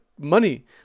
money